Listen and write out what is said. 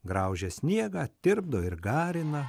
graužia sniegą tirpdo ir garina